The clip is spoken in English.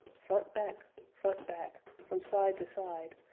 front-back, front-back, from side to side,